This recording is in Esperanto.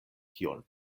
kion